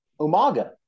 Umaga